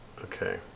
Okay